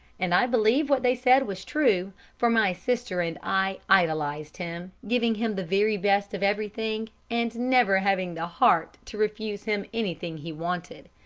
and i believe what they said was true, for my sister and i idolized him, giving him the very best of everything and never having the heart to refuse him anything he wanted.